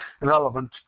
relevant